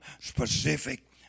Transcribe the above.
specific